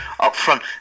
upfront